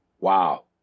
Wow